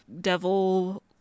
devil